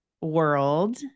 world